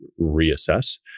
reassess